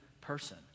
person